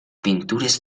pintures